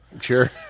Sure